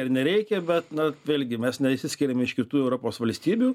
ar nereikia bet na vėlgi mes neišsiskiriam iš kitų europos valstybių